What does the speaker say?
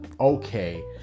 okay